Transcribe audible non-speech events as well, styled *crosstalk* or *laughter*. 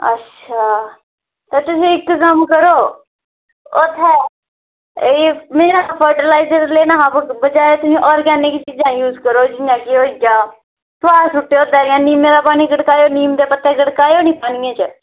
अच्छा ते तुस इक्क कम्म करो मेरा नंबर *unintelligible* करी लैना कि केह् होइया ते घर जाइयै नीम दा पत्ता घड़काओ निं पानियै च